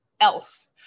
else